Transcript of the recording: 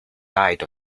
died